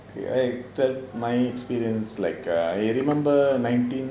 I my experience like uh I remember nineteen